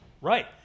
Right